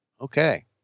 Okay